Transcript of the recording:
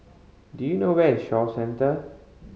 do you know where is Shaw Centre